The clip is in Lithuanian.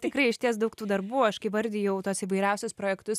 tikrai išties daug tų darbų aš kai vardijau tuos įvairiausius projektus